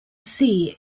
sea